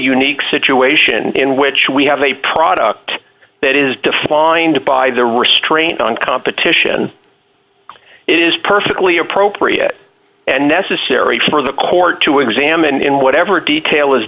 unique situation in which we have a product that is defined by the restraint on competition it is perfectly appropriate and necessary for the court to examine in whatever detail is